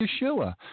Yeshua